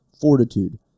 fortitude